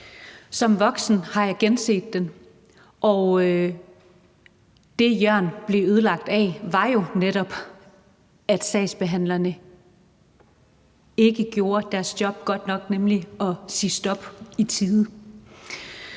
Som voksen har jeg igen set den, og det, Jørn blev ødelagt af, var jo netop, at sagsbehandlerne ikke gjorde deres job godt nok, nemlig at sige stop i tide.